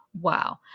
Wow